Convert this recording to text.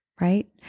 right